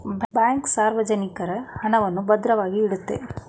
bank ಸಾರ್ವಜನಿಕರ ಹಣವನ್ನು ಭದ್ರವಾಗಿ ಇಡುತ್ತೆ